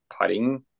putting